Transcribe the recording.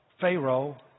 Pharaoh